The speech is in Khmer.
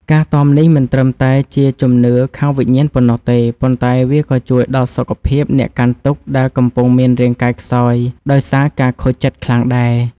ការតមនេះមិនត្រឹមតែជាជំនឿខាងវិញ្ញាណប៉ុណ្ណោះទេ ប៉ុន្តែវាក៏ជួយដល់សុខភាពអ្នកកាន់ទុក្ខដែលកំពុងមានរាងកាយខ្សោយដោយសារការខូចចិត្តខ្លាំងដែរ។